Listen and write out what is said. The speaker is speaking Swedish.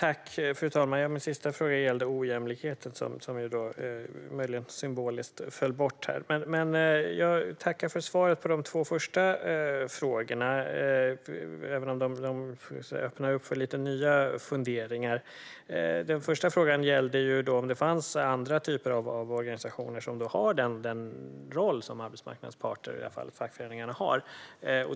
Fru talman! Min sista fråga gällde ojämlikheten, som - möjligen symboliskt - föll bort. Men jag tackar för svaren på de två första frågorna, även om de öppnar för lite nya funderingar. Den första frågan gällde om det finns andra typer av organisationer som har den roll som arbetsmarknadens parter, i det här fallet fackföreningarna, har.